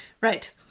Right